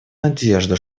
надежду